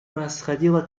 происходило